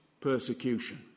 persecution